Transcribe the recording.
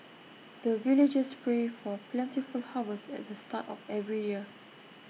the villagers pray for plentiful harvest at the start of every year